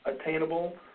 Attainable